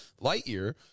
Lightyear